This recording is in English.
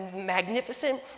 magnificent